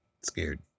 scared